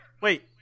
wait